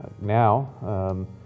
now